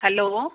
hello